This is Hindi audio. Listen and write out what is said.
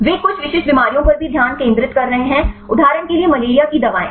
वे कुछ विशिष्ट बीमारियों पर भी ध्यान केंद्रित कर रहे हैं उदाहरण के लिए मलेरिया की दवाएं